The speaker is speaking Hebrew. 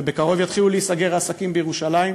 ובקרוב יתחילו להיסגר עסקים בירושלים,